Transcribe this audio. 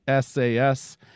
SAS